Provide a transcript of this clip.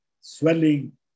swelling